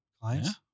clients